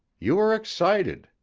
you are excited.